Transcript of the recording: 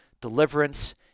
deliverance